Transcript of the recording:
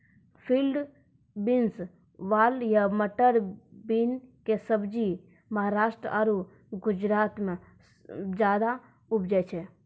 field beans, वाल या butter bean कॅ सब्जी महाराष्ट्र आरो गुजरात मॅ ज्यादा उपजावे छै